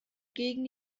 gegen